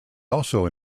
also